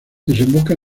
desemboca